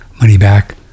money-back